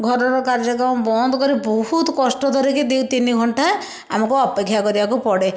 ଘରର କାର୍ଯ୍ୟକ୍ରମ ବନ୍ଦ କରି ବହୁତ କଷ୍ଟ ଧରିକି ଦୁଇ ତିନି ଘଣ୍ଟା ଆମକୁ ଅପେକ୍ଷା କରିବାକୁ ପଡ଼େ